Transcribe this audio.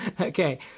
Okay